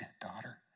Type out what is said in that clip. daughter